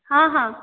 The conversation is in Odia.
ହଁ ହଁ